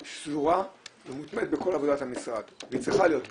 שזורה ומובנית בכל עבודת המשרד והיא צריכה להיות כזאת.